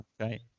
Okay